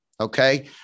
Okay